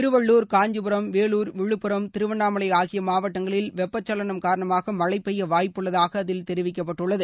திருவள்ளூர் காஞ்சிபுரம் வேலூர் விழுப்புரம் திருவண்ணாமலை ஆகிய மாவட்டங்களில் வெப்பசலனம் காரணமாக மழை பெய்ய வாய்ப்புள்ளதாக அதில் தெரிவிக்கப்பட்டுள்ளது